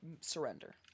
surrender